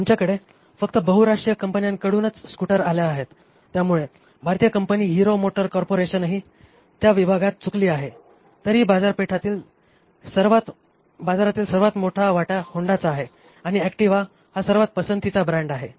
आमच्याकडे फक्त बहुराष्ट्रीय कंपन्यांकडूनच स्कूटर आल्या आहेत त्यामुळे भारतीय कंपनी हिरो मोटर कॉर्पोरेशनही त्या विभागात चुकली आहे तरीही बाजारातील सर्वात मोठा वाटा होंडाचा आहे आणि अॅक्टिवा हा सर्वात पसंतीचा ब्रँड आहे